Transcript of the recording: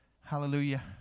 Hallelujah